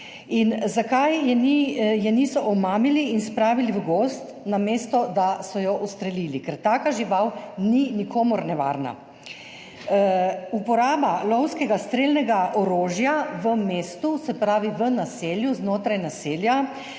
Zakaj je niso omamili in spravili v gozd, namesto da so jo ustrelili, ker taka žival ni nikomur nevarna? Uporaba lovskega strelnega orožja v mestu, se pravi v naselju, znotraj naselja,